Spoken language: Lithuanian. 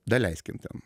daleiskim ten